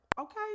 okay